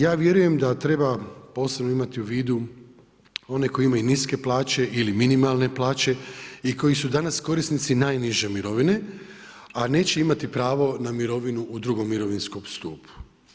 Ja vjerujem da treba posebno imati u vidu one koji imaju niske plaće ili minimalne plaće i koji su danas korisnici najniže mirovine, a neće imati pravo na mirovinu u drugom mirovinskom stupu.